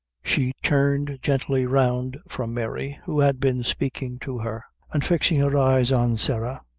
she turned gently round from mary, who had been speaking to her, and fixing her eyes on sarah,